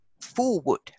forward